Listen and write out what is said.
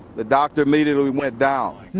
the doctor immediately went down.